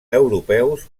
europeus